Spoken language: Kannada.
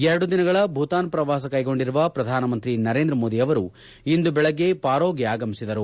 ಎರಡು ದಿನಗಳ ಭೂತಾನ್ ಪ್ರವಾಸ ಕೈಗೊಂಡಿರುವ ಪ್ರಧಾನಮಂತ್ರಿ ನರೇಂದ್ರ ಮೋದಿ ಅವರು ಇಂದು ಬೆಳಗ್ಗೆ ಪಾರೋಗೆ ಆಗಮಿಸಿದರು